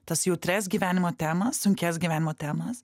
tas jautrias gyvenimo temas sunkias gyvenimo temas